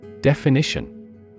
Definition